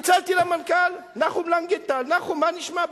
צלצלתי למנכ"ל, נחום לנגנטל: נחום, מה נשמע?